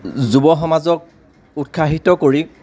যুৱ সমাজক উৎসাহিত কৰি